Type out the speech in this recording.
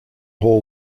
haul